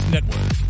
Network